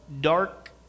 dark